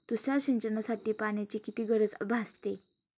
तुषार सिंचनासाठी पाण्याची किती गरज भासते?